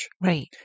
Right